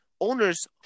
owners